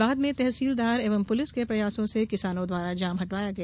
बाद में तहसीलदार एवं पुलिस के प्रयासों से किसानों द्वारा जाम हटाया गया